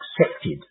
accepted